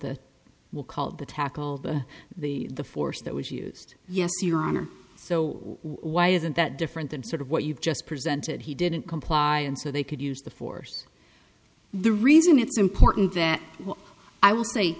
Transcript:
the will call the tackle the the force that was used yes your honor so why isn't that different than sort of what you've just presented he didn't comply and so they could use the force the reason it's important that i will say